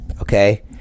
okay